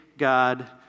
God